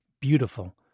beautiful